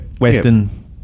Western